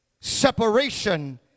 separation